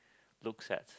looks at